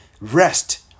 Rest